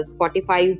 Spotify